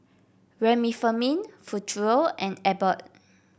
Remifemin Futuro and Abbott